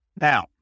Now